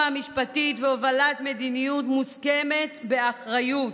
המשפטית והובלת מדיניות מוסכמת באחריות.